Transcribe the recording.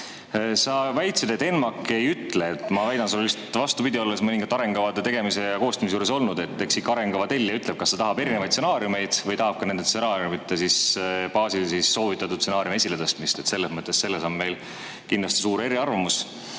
väitsid, et ENMAK ei ütle ette. Ma väidan sulle vastupidi, olles mõningate arengukavade tegemise ja koostamise juures olnud, et eks ikka arengukava tellija ütleb, kas ta tahab erinevaid stsenaariumeid või tahab ka nende stsenaariumide baasil soovitatud stsenaariumi esiletõstmist. Selles on meil kindlasti suur eriarvamus. Aga